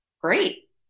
Great